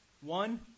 one